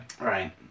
Right